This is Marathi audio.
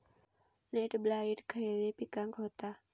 लेट ब्लाइट खयले पिकांका होता?